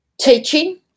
teaching